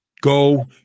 Go